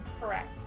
Correct